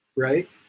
Right